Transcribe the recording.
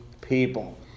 people